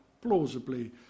plausibly